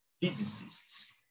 physicists